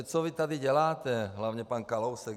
Co vy tady děláte, hlavně pan Kalousek?